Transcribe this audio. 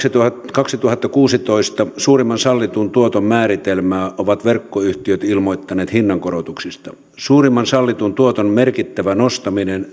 kaksituhattakuusitoista suurimman sallitun tuoton määritelmää ovat verkkoyhtiöt ilmoittaneet hinnankorotuksista suurimman sallitun tuoton merkittävä nostaminen